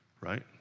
right